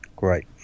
Great